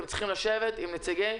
אתם צריכים לשבת עם נציגי